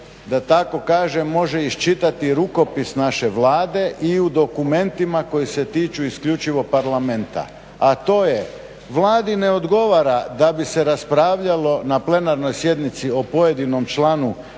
da tako kažem može iščitati rukopis naše Vlade i u dokumentima koji se tiču isključivo Parlamenta, a to je Vladi ne odgovara da bi se raspravljalo na plenarnoj sjednici o pojedinom članu